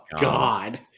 God